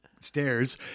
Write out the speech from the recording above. Stairs